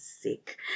sick